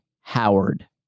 Howard